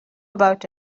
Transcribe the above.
about